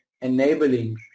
enabling